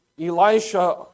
Elisha